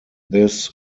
this